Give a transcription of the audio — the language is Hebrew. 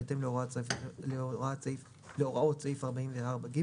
בהתאם להוראות סעיף 44(ג),